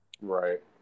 Right